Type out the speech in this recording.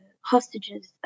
hostages